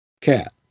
Cat